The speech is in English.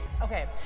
okay